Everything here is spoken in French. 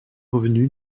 revenu